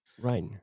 Right